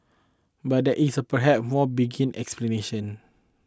but there is perhaps more benign explanation